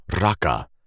Raka